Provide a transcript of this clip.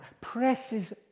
presses